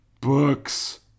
books